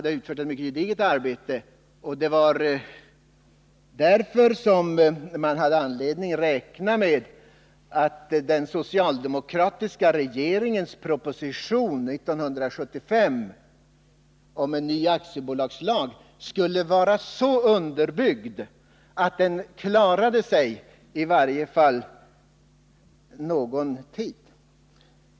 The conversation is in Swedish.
Därför hade man anledning räkna med att den socialdemokratiska regeringens proposition år 1975 om en ny aktiebolagslag skulle vara så underbyggd att den klarade sig — i varje fall någon tid.